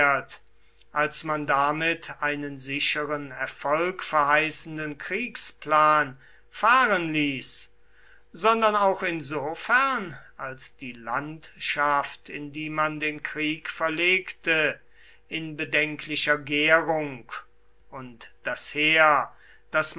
als man damit einen sicheren erfolg verheißenden kriegsplan fahren ließ sondern auch insofern als die landschaft in die man den krieg verlegte in bedenklicher gärung und das heer das